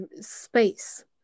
space